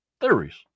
theories